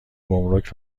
گمرک